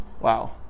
Wow